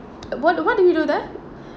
what what do we do there